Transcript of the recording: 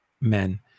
men